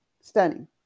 stunning